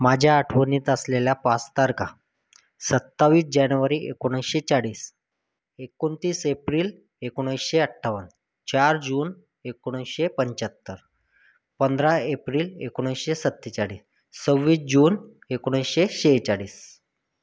माझ्या आठवणीत असलेल्या पाच तारखा सत्तावीस जानेवारी एकोणीसशे चाळीस एकोणतीस एप्रिल एकोणीसशे अठ्ठावन्न चार जून एकोणीसशे पंच्याहत्तर पंधरा एप्रिल एकोणीसशे सत्तेचाळीस सव्वीस जून एकोणीसशे सेहेचाळीस